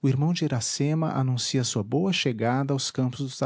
o irmão de iracema anuncia sua boa chegada aos campos dos